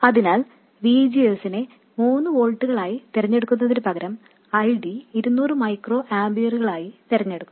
അതിനാൽ V G S നെ മൂന്ന് വോൾട്ടുകളായി തിരഞ്ഞെടുക്കുന്നതിന് പകരം I D 200 മൈക്രോ ആമ്പിയറുകളായി തിരഞ്ഞെടുക്കും